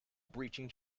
breaching